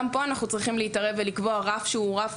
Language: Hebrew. גם פה אנחנו צריכים להתערב ולקבוע רף שהוא רף